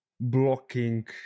blocking